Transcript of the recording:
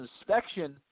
inspection